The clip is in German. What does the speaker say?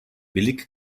billig